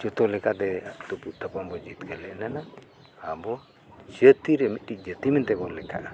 ᱡᱚᱛᱚ ᱞᱮᱠᱟᱛᱮ ᱛᱩᱯᱩᱫ ᱛᱟᱯᱟᱢ ᱵᱚᱱ ᱡᱤᱛᱠᱟᱹᱨ ᱞᱮᱱᱟ ᱟᱵᱚ ᱡᱟᱹᱛᱤ ᱨᱮ ᱢᱤᱫᱴᱤᱡ ᱡᱟᱹᱛᱤ ᱢᱮᱱᱛᱮ ᱵᱚᱱ ᱞᱮᱠᱷᱟᱜᱼᱟ